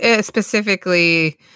specifically